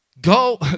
go